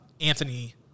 Anthony